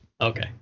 okay